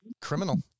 criminal